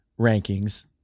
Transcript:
rankings